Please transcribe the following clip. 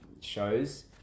shows